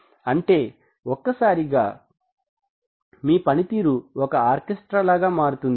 అంటే ఒక్కసారిగా మీ పనితీరు ఒక ఆర్కెస్ట్రా లాగా మారుతుంది